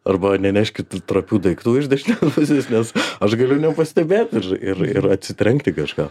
arba neneškit trapių daiktų iš dešinės pusės nes aš galiu nepastebėt ir ir ir atsitrenkt į kažką